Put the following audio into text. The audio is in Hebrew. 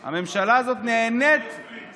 הממשלה הזאת נהנית, נטפליקס לחיילים.